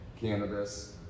cannabis